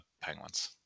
penguins